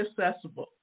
accessible